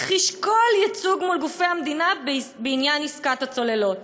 הכחיש כל ייצוג מול גופי המדינה בעניין עסקת הצוללות.